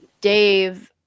Dave